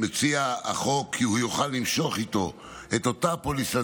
החוק מציע כי הוא יוכל למשוך איתו את אותה פוליסת